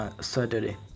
Saturday